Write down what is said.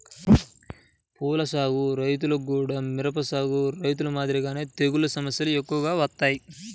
పూల సాగు రైతులకు గూడా మిరప సాగు రైతులు మాదిరిగానే తెగుల్ల సమస్యలు ఎక్కువగా వత్తాయి